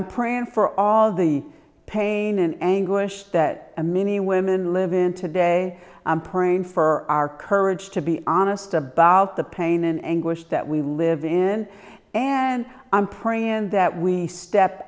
i'm praying for all the pain and anguish that many women live in today praying for our courage to be honest about the pain and anguish that we live in and i'm praying that we step